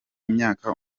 imyaka